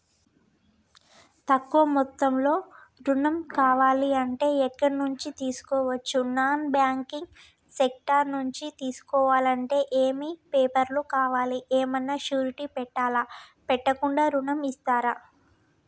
తక్కువ మొత్తంలో ఋణం కావాలి అంటే ఎక్కడి నుంచి తీసుకోవచ్చు? నాన్ బ్యాంకింగ్ సెక్టార్ నుంచి తీసుకోవాలంటే ఏమి పేపర్ లు కావాలి? ఏమన్నా షూరిటీ పెట్టాలా? పెట్టకుండా ఋణం ఇస్తరా?